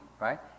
right